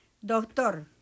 doctor